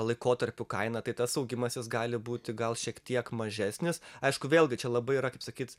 laikotarpių kainą tai tas augimas jis gali būti gal šiek tiek mažesnis aišku vėlgi čia labai yra kaip sakyt